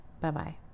Bye-bye